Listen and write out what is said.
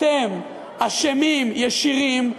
אתם אשמים ישירים,